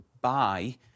buy